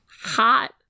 hot